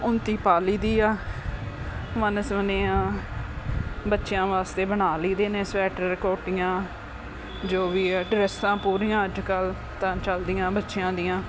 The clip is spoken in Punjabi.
ਉੱਨਤੀ ਪਾ ਲਈ ਦੀ ਆ ਵੰਨ ਸੁਵੰਨੇ ਆ ਬੱਚਿਆਂ ਵਾਸਤੇ ਬਣਾ ਲਈਦੇ ਨੇ ਸਵੈਟਰ ਕੋਟੀਆਂ ਜੋ ਵੀ ਹੈ ਡਰੈਸਾਂ ਪੂਰੀਆਂ ਅੱਜ ਕੱਲ੍ਹ ਤਾਂ ਚੱਲਦੀਆਂ ਬੱਚਿਆਂ ਦੀਆਂ